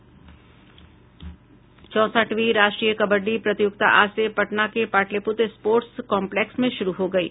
चौंसठवीं राष्ट्रीय कबड्डी प्रतियोगिता आज से पटना के पाटलिपुत्र स्पोर्ट्स कॉम्पलेक्स में शुरू हो गयी